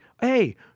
hey